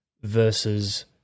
versus